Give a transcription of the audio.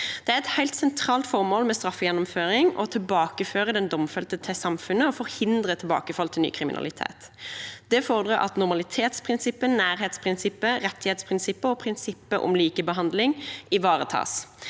Det er et helt sentralt formål med straffegjennomføring å tilbakeføre den domfelte til samfunnet og forhindre tilbakefall til ny kriminalitet. Det fordrer at normalitetsprinsippet, nærhetsprinsippet, rettighetsprinsippet og prinsippet om likebehandling ivaretas,